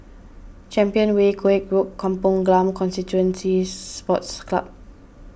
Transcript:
Champion Way Koek Road Kampong Glam Constituency Sports Club